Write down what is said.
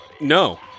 No